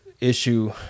issue